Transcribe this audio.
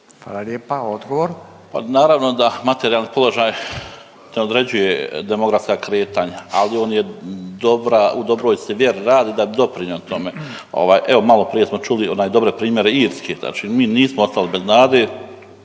Radoje (HDZ)** Pa naravno da materijalni položaj ne određuje demografska kretanja, ali on je dobra, u dobroj se vjeri radi da bi doprinjeo tome. Evo malo prije smo čuli dobre primjere Irske, znači mi nismo ostali bez nade.